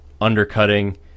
undercutting